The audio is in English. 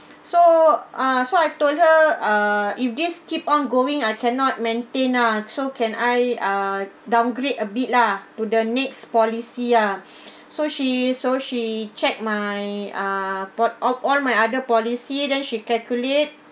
so uh so I told her uh if this keep on going I cannot maintain ah so can I uh downgrade a bit lah to the next policy ah so she so she check my uh pol~ all all my other policy then she calculate